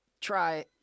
Try